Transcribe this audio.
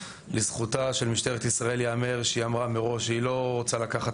לזכותה של משטרת ישראל יאמר שהיא אמרה מראש שהיא לא רוצה לקחת,